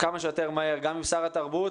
כמה שיותר מהר גם עם שר התרבות,